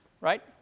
right